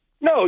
No